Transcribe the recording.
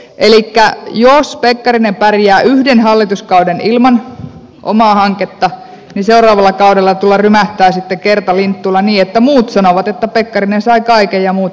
elikkä jos pekkarinen pärjää yhden hallituskauden ilman omaa hanketta niin seuraavalla kaudella tulla rymähtää sitten kertalinttuulla niin että muut sanovat että pekkarinen sai kaiken ja muut jäi iliman